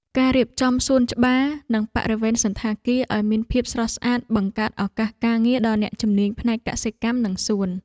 ការរៀបចំសួនច្បារ និងបរិវេណសណ្ឋាគារឱ្យមានភាពស្រស់ស្អាតបង្កើតឱកាសការងារដល់អ្នកជំនាញផ្នែកកសិកម្ម និងសួន។